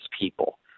people